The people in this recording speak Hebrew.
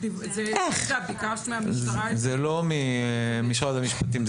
זה לא ממשרד המשפטים.